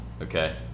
okay